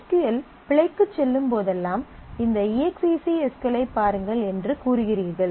S Q L பிழைக்குச் செல்லும் போதெல்லாம் இந்த E X E C S Q L ஐப் பாருங்கள் என்று கூறுகிறீர்கள்